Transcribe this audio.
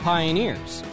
Pioneers